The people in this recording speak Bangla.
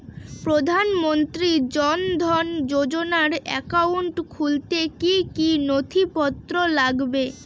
প্রধানমন্ত্রী জন ধন যোজনার একাউন্ট খুলতে কি কি নথিপত্র লাগবে?